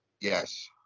Yes